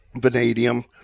Vanadium